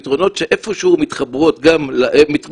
פתרונות שאיפה שהוא מתחברים למכונית